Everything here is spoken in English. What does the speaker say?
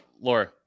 Laura